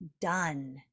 done